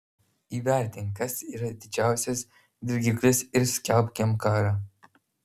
įvertink kas yra didžiausias dirgiklis ir skelbk jam karą